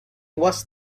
was